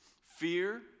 Fear